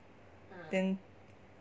then